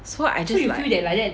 so I just like